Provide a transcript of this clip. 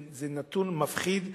זה נתון מפחיד ומדאיג,